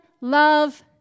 love